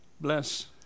bless